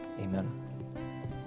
amen